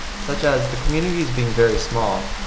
such as the communities being very small,